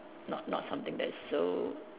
not not something that is so